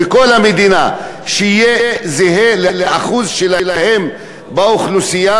יהיה זהה לאחוז שלהם באוכלוסייה?